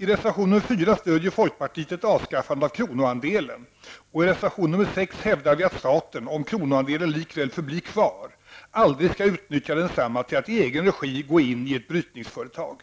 I reservation nr 4 stödjer folkpartiet ett avskaffande av kronoandelen, och i reservation nr 6 hävdar vi att staten, om kronoandelen likväl förblir kvar, aldrig skall utnyttja densamma till att i egen regi gå in i ett brytningsföretag.